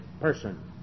person